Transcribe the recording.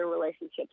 relationships